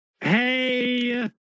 Hey